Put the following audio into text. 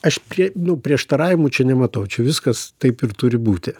aš prie prieštaravimų čia nematau čia viskas taip ir turi būti